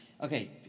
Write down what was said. okay